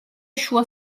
შუა